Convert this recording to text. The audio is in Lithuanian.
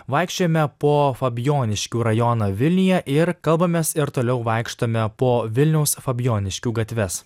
vaikščiojome po fabijoniškių rajoną vilniuje ir kalbamės ir toliau vaikštome po vilniaus fabijoniškių gatves